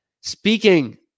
Speaking